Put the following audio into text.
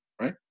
right